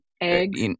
Eggs